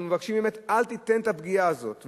ואנחנו מבקשים באמת, אל תיתן את הפגיעה הזאת.